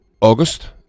august